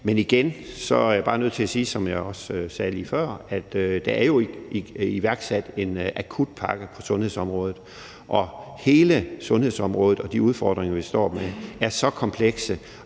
at sige, som jeg også sagde lige før, at der jo er iværksat en akutpakke på sundhedsområdet, og hele sundhedsområdet og de udfordringer, vi står med, er så komplekse